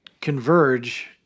converge